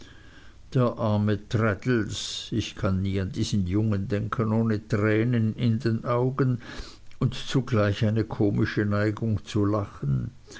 ich kann nie an diesen jungen denken ohne tränen in den augen und zugleich eine komischen neigung zu lachen